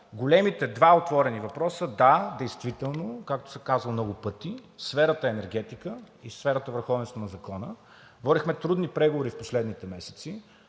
Големите два отворени въпроса са действително, както се каза много пъти, в сферата на енергетиката и в сферата на върховенството на закона. Водихме трудни преговори в последните месеци